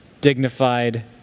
dignified